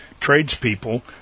tradespeople